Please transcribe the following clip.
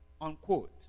Unquote